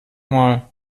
mal